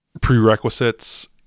prerequisites